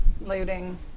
looting